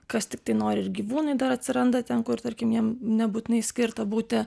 kas tiktai nori ir gyvūnai dar atsiranda ten kur tarkim jiem nebūtinai skirta būti